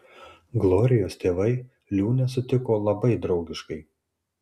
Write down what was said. glorijos tėvai liūnę sutiko labai draugiškai